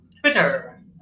Twitter